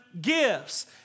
gifts